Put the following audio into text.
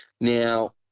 Now